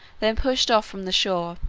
then pushed off from the shore,